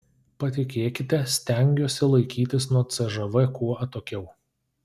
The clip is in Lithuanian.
patikėkite stengiuosi laikytis nuo cžv kuo atokiau